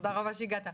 תודה רבה שהגעת.